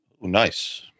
Nice